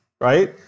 right